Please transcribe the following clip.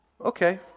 Okay